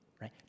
right